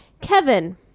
Kevin